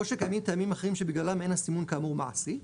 או שקיימים טעמים אחרים שבגללם אין הסימון כאמור מעשי,